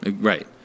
Right